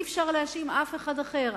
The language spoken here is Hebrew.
אי-אפשר להאשים אף אחד אחר.